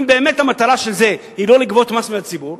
אם באמת המטרה של זה היא לא לגבות מס מהציבור,